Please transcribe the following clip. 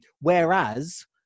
Whereas